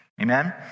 Amen